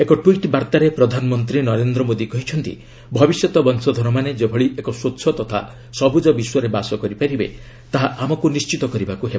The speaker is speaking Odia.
ଏକ ଟ୍ୱିଟ୍ ବାର୍ଭାରେ ପ୍ରଧାନମନ୍ତ୍ରୀ ନରେନ୍ଦ୍ର ମୋଦି କହିଛନ୍ତି ଭବିଷ୍ୟତ ବଂଶଧରମାନେ ଯେଭଳି ଏକ ସ୍ୱଚ୍ଛ ତଥା ସବୁଜ ବିଶ୍ୱରେ ବାସ କରିବେ ତାହା ଆମକୁ ନିଶ୍ଚିତ କରିବାକୁ ହେବ